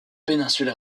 péninsule